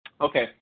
Okay